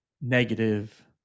Negative